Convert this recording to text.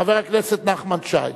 חבר הכנסת נחמן שי.